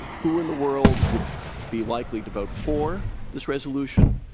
who in the world would be likely to vote for this resolution,